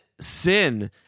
sin